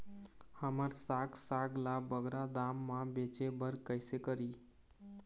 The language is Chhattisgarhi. हमर साग साग ला बगरा दाम मा बेचे बर कइसे करी?